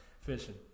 fishing